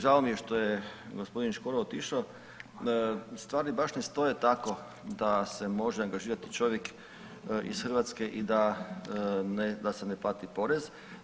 Žao mi je što je g. Škoro otišao, stvari baš ne stoje tako da se može angažirati čovjek iz Hrvatske i da se ne plati porez.